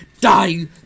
die